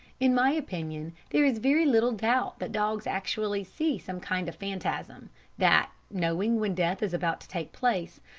in my opinion there is very little doubt that dogs actually see some kind of phantasm that, knowing when death is about to take place,